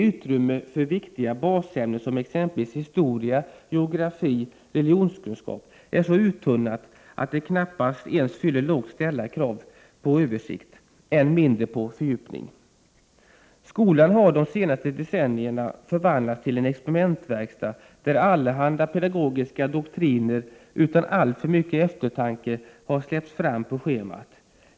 Utrymmet för viktiga basämnen, t.ex. historia, geografi och religionskunskap, är så uttunnat att det knappast ens fyller lågt ställda krav på översikt, än mindre på fördjupning. Skolan har under de senaste decennierna förvandlats till en experimentverkstad, där allehanda pedagogiska doktriner utan alltför mycket eftertanke har släppts fram på schemat.